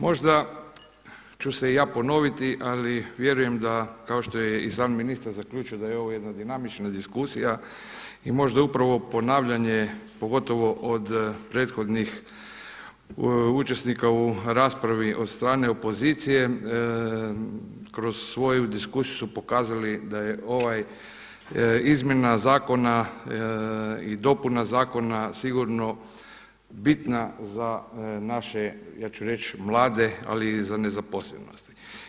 Možda ću se ja ponoviti, ali vjerujem da kao što je i sam ministar zaključio da je ovo jedna dinamična diskusija i možda upravo ponavljanje pogotovo od prethodnih učesnika u raspravi od strane opozicije kroz svoju diskusiju su pokazali da je ovaj izmjena zakona i dopuna zakona sigurno bitna za naše ja ću reći mlade ali i nezaposlene.